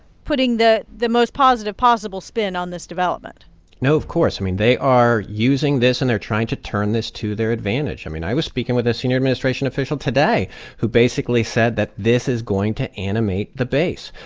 putting the the most positive possible spin on this development no, of course. i mean, they are using this, and they're trying to turn this to their advantage. i mean, i was speaking with a senior administration official today who basically said that this is going to animate the base.